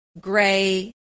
gray